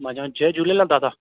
मां चवां जय झूलेलाल दादा